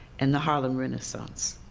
and the harlem renaissance.